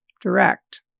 direct